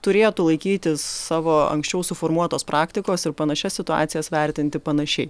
turėtų laikytis savo anksčiau suformuotos praktikos ir panašias situacijas vertinti panašiai